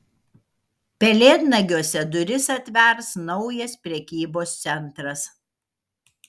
pelėdnagiuose duris atvers naujas prekybos centras